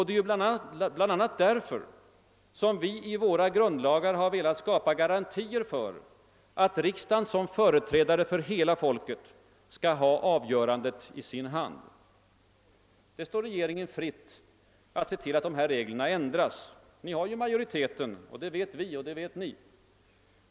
Det är ju bl.a. därför som vi i våra grundlagar velat skapa garantier för att riksdagen som företrädare för hela folket skall ha avgörandet i sin hand. Det står regeringen fritt att se till att dessa regler ändras. Ni har majoriteten — det vet vi och det vet ni.